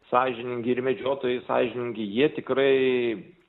sąžiningi ir medžiotojai sąžiningi jie tikrai